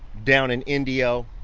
down in indio,